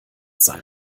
sein